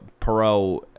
Perot